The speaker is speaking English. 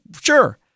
sure